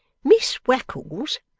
miss wackles,